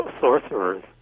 sorcerers